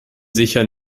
sicher